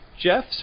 Jeff